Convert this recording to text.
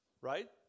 right